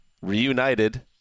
reunited